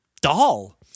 doll